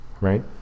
right